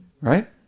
Right